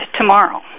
tomorrow